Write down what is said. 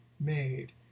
made